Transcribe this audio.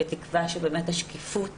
בתקווה שבאמת השקיפות